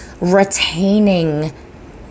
retaining